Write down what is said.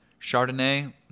Chardonnay